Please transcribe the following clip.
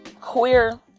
queer